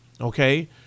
Okay